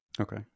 Okay